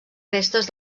restes